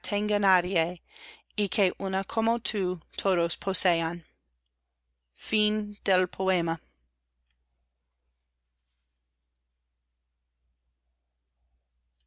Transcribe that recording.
nadie y que una como tú todos posean